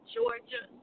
Georgia